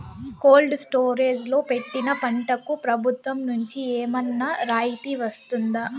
Cold storage లో పెట్టిన పంటకు ప్రభుత్వం నుంచి ఏమన్నా రాయితీ వస్తుందా?